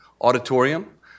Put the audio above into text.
Auditorium